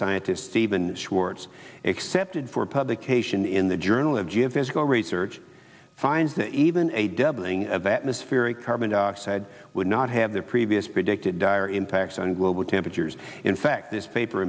scientist even schwartz accepted for publication in the journal of geophysical research finds that even a doubling of atmospheric carbon dioxide would not have the previous predicted dire impact on global temperatures in fact this paper